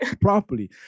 properly